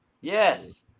Yes